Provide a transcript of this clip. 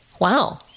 wow